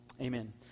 Amen